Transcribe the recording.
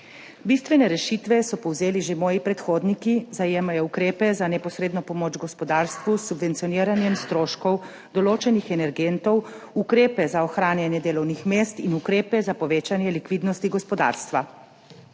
Bistvene rešitve so povzeli že moji predhodniki – zajemajo ukrepe za neposredno pomoč gospodarstvu s subvencioniranjem stroškov določenih energentov, ukrepe za ohranjanje delovnih mest in ukrepe za povečanje likvidnosti gospodarstva.